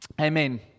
Amen